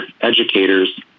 educators